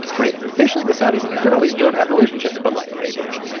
right? officially the saudis and israelis don't have relationships, but like, they do.